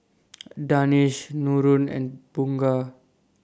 Danish Nurin and Bunga